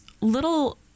little